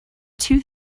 two